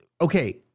okay